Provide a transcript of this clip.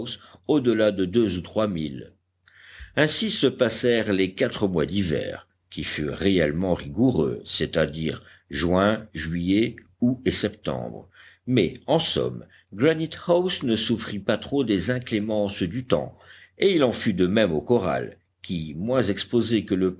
delà de deux ou trois milles ainsi se passèrent les quatre mois d'hiver qui furent réellement rigoureux c'est-à-dire juin juillet août et septembre mais en somme granite house ne souffrit pas trop des inclémences du temps et il en fut de même au corral qui moins exposé que le